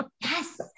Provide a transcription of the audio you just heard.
Yes